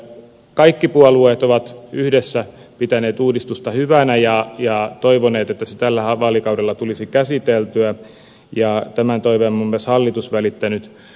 kaikki puolueet ovat yhdessä pitäneet uudistusta hyvänä ja toivoneet että se tällä vaalikaudella tulisi käsiteltyä ja tämän toiveen on myös hallitus välittänyt useasti perustuslakivaliokunnalle